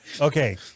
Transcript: okay